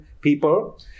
people